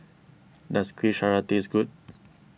does Kueh Syara taste good